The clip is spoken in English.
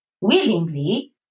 willingly